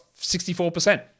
64%